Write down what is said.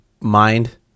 mind